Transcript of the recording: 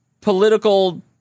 political